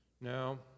Now